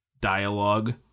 dialogue